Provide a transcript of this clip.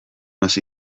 hasi